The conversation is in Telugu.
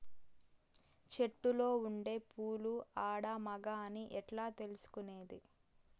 చెట్టులో ఉండే పూలు ఆడ, మగ అని ఎట్లా తెలుసుకునేది?